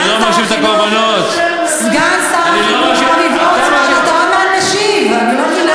אני לא מאשים את הקורבנות, אני לא מאשים אף אחד.